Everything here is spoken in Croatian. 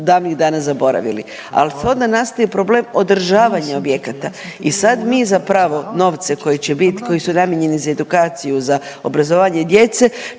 davnih dana zaboravili. Ali onda nastaje problem održavanja objekata. I sad mi zapravo novce koji će bit koji su namijenjeni za edukaciju, za obrazovanje djece